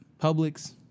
Publix